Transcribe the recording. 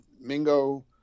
Mingo